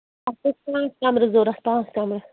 اَسہِ ٲسۍ پانٛژھ کَمرٕ ضوٚرَتھ پانٛژھ کَمرٕ